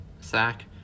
Sack